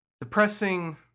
depressing